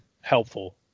helpful